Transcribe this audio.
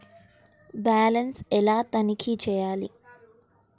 Balance ఎలా తనిఖీ చేయాలి?